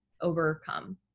overcome